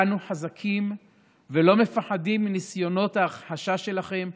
אנו חזקים ולא מפחדים מניסיונות ההכחשה שלכם,